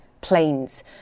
planes